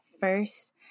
first